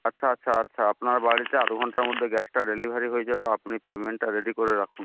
আচ্ছা আচ্ছা আচ্ছা আপনার বাড়িতে আধ ঘন্টার মধ্যে গ্যাসটা ডেলিভারি হয়ে যাবে আপনি পেমেন্টটা রেডি করে রাখুন